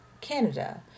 Canada